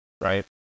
right